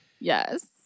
Yes